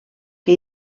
que